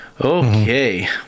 Okay